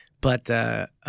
but-